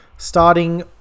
Starting